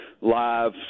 live